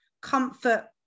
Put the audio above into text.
comfort